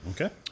Okay